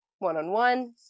one-on-one